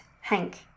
Hank